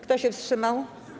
Kto się wstrzymał?